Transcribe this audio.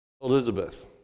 Elizabeth